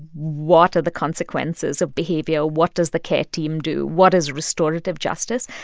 what are the consequences of behavior? what does the care team do? what is restorative justice?